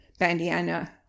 Bandiana